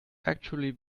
actually